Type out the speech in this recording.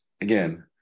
again